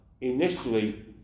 initially